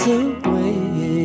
away